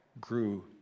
grew